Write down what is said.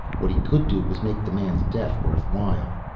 what he could do was make the man's death worth while.